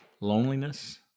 loneliness